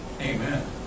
Amen